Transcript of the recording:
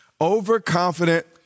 Overconfident